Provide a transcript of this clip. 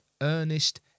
earnest